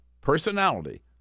personality